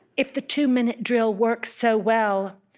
if the two-minute drill works so well,